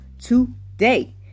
today